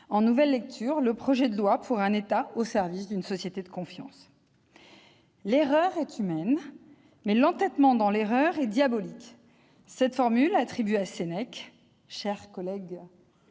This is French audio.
en nouvelle lecture, le projet de loi pour un État au service d'une société de confiance. « L'erreur est humaine, mais l'entêtement [dans son erreur] est diabolique. » Cette formule attribuée à Sénèque- cela fera